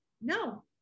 no